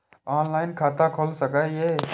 Online खाता खुल सके ये?